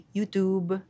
YouTube